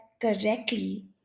correctly